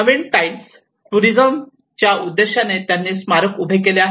नवीन tiles tourism या उद्देशाने त्यांनी स्मारक उभे केले आहे